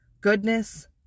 goodness